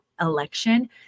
election